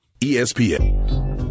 ESPN